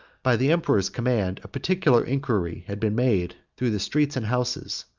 by the emperor's command, a particular inquiry had been made through the streets and houses,